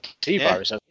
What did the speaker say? T-Virus